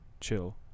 chill